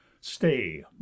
stay